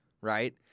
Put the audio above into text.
right